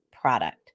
product